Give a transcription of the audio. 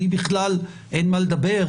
אני בכלל אין מה לדבר,